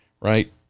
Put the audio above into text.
right